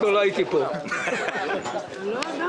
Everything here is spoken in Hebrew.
באמת.